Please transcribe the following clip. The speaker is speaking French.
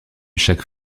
chaque